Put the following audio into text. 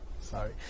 sorry